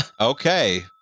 Okay